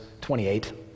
28